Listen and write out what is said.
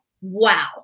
wow